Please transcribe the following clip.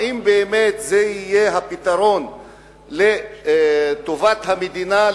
האם באמת זה יהיה הפתרון לטובת המדינה,